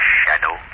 shadow